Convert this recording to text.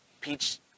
peach